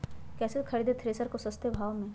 कैसे खरीदे थ्रेसर को सस्ते भाव में?